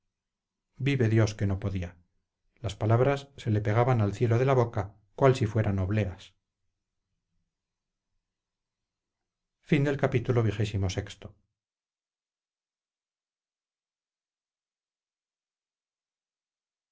vive dios que no podía las palabras se le pegaban al cielo de la boca cual si fueran obleas